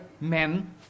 men